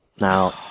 Now